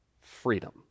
freedom